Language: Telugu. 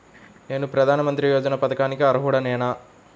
నేను ప్రధాని మంత్రి యోజన పథకానికి అర్హుడ నేన?